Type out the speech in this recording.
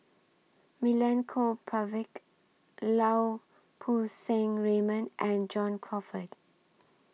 Milenko Prvacki Lau Poo Seng Raymond and John Crawfurd